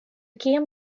kiam